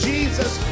Jesus